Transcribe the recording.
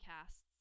casts